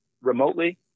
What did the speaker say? remotely